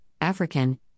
african